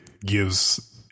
gives